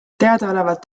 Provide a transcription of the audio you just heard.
teadaolevalt